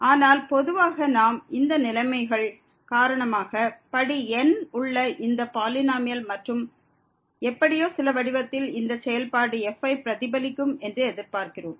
ஆனால் பொதுவாக நாம் இந்த நிலைமைகள் காரணமாக படி n உள்ள இந்த பாலினோமியல் மற்றும் எப்படியோ சில வடிவத்தில் இந்த செயல்பாடு f ஐ பிரதிபலிக்கும் என்று எதிர்பார்க்கிறோம்